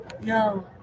No